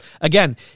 Again